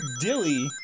Dilly